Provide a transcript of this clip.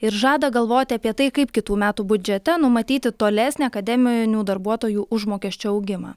ir žada galvoti apie tai kaip kitų metų budžete numatyti tolesnę akademinių darbuotojų užmokesčio augimą